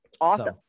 Awesome